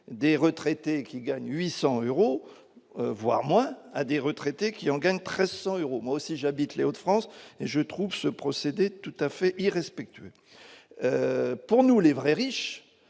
des retraités qui gagnent 800 euros voire moins à des retraités qui en gagne 1300 euros, moi aussi j'habite Les de France et je trouve ce procédé tout-à-fait irrespectueux pour nous les vrais riches,